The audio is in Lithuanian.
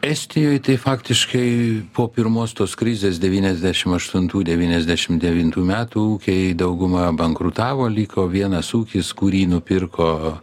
estijoj tai faktiškai po pirmos tos krizės devyniasdešim aštuntų devyniasdešim devintų metų ūkiai dauguma bankrutavo liko vienas ūkis kurį nupirko